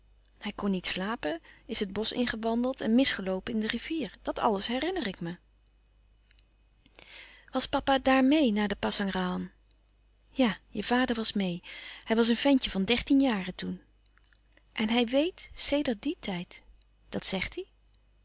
hij kon niet slapen is het bosch ingewandeld en misgeloopen in de rivier dat alles herinner ik me was papa daar meê naar de pasangrahan ja je vader was meê hij was een ventje van dertien jaren toen en hij weèt sedert dien tijd dat zegt hij